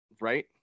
right